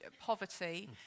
poverty